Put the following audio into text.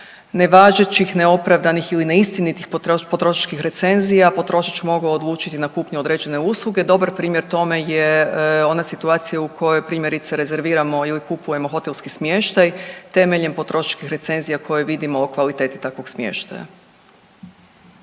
nevažećih, neopravdanih ili neistinitih potrošačkih recenzija potrošač mogao odlučiti na kupnju određene usluge. Dobar primjer tome je ona situacija u kojoj primjerice rezerviramo ili kupujemo hotelski smještaj temeljem potrošačkih recenzija koje vidimo u kvaliteti takvog smještaja.